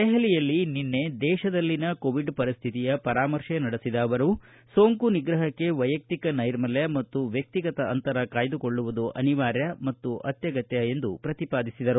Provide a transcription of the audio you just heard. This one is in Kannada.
ದೆಹಲಿಯಲ್ಲಿ ನಿನ್ನೆ ದೇಶದಲ್ಲಿನ ಕೋವಿಡ್ ಪರಿಸ್ಥಿತಿಯ ಪರಾಮರ್ಶೆ ನಡೆಸಿದ ಅವರು ಸೋಂಕು ನಿಗ್ರಪಕ್ಕೆ ವೈಯಕ್ತಿಯ ನೈರ್ಮಲ್ಯ ಮತ್ತು ವ್ಹಕ್ತಿಗತ ಅಂತರ ಕಾಯ್ದುಕೊಳ್ಳುವುದು ಅನಿವಾರ್ಯ ಮತ್ತು ಅತ್ಯಗತ್ಯ ಎಂದು ಪ್ರತಿಪಾದಿಸಿದರು